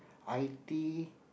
i_t